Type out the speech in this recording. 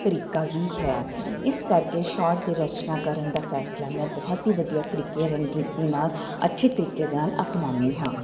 ਤਰੀਕਾ ਵੀ ਹੈ ਇਸ ਕਰਕੇ ਸ਼ਾਰਟ ਦੀ ਰਚਨਾ ਕਰਨ ਦਾ ਫੈਸਲਾ ਮੈਂ ਬਹੁਤ ਹੀ ਵਧੀਆ ਤਰੀਕੇ ਰਣਨੀਤੀ ਨਾਲ ਅੱਛੇ ਤਰੀਕੇ ਦੇ ਨਾਲ ਅਪਣਾਉਂਦੀ ਹਾਂ